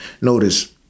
Notice